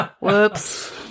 Whoops